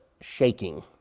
shaking